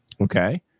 okay